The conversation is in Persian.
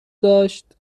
داشت